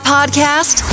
Podcast